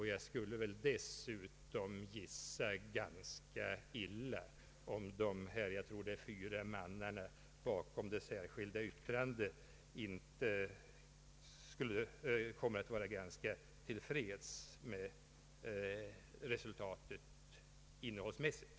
Men jag skulle nog gissa ganska illa om dessa fyra ledamöter bakom det särskilda yttrandet inte kommer att vara ganska till freds med det innehållsmässiga resultatet när proposition föreligger.